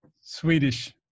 Swedish